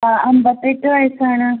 ആ അൻപത്തെട്ട് വയസ്സാണ്